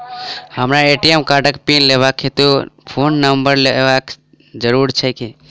हमरा ए.टी.एम कार्डक पिन लेबाक हेतु फोन नम्बर देबाक जरूरी छै की?